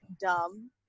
dumb